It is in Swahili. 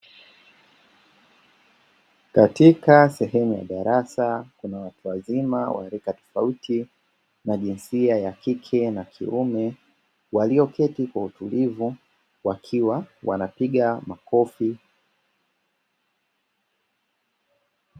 Katika sehemu ya darasa kuna watu wazima waarika tofauti na jinsia ya kike na kiume, walioketi kwa utulivu wakiwa wanapiga makofi.